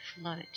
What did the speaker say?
float